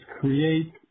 create